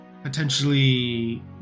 potentially